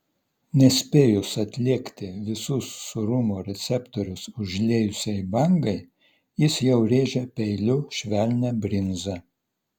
nespėjus atlėgti visus sūrumo receptorius užliejusiai bangai jis jau rėžia peiliu švelnią brinzą